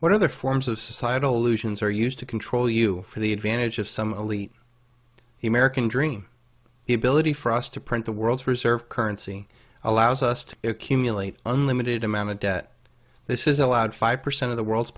what other forms of societal allusions are used to control you for the advantage of some elite the american dream the ability for us to print the world's reserve currency allows us to accumulate unlimited amount of debt this is allowed five percent of the world's